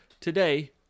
Today